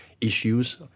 issues